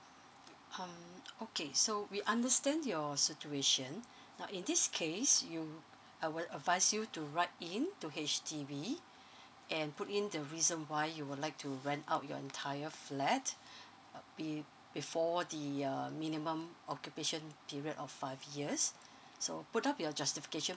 um okay so we understand your situation now in this case you I will advise you to write in to H_D_B and put in the reason why you would like to rent out your entire flat uh be~ before the uh minimum occupation period of five years so put up your justification